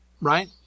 right